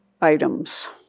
items